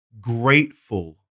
grateful